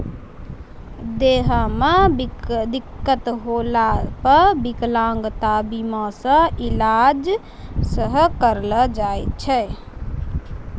देहो मे दिक्कत होला पे विकलांगता बीमा से इलाज सेहो करैलो जाय छै